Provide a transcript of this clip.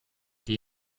die